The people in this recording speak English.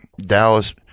Dallas